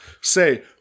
say